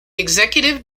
executive